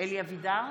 אלי אבידר,